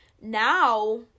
now